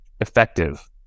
effective